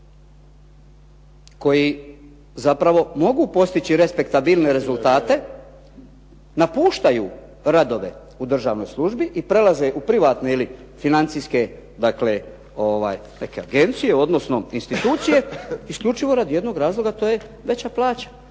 koji zapravo mogu postići respektabilne rezultate napuštaju radove u državnoj službi i prelaze u privatne ili financijske neke agencije, odnosno institucije isključivo radi jednoga razloga, a to je veća plaća.